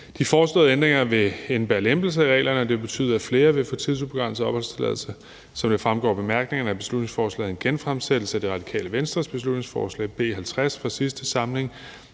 De foreslåede ændringer vil indebære lempelse af reglerne, og det vil betyde, at flere vil få tidsubegrænset opholdstilladelse. Som det fremgår af bemærkningerne, er beslutningsforslaget en genfremsættelse af Radikale Venstres beslutningsforslag B 50 fra sidste samling,